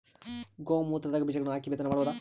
ಗೋ ಮೂತ್ರದಾಗ ಬೀಜಗಳನ್ನು ಹಾಕಿ ಬಿತ್ತನೆ ಮಾಡಬೋದ?